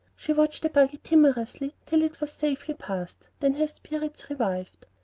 she watched the buggy timorously till it was safely past then her spirits revived.